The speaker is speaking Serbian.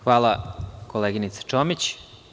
Hvala, koleginice Čomić.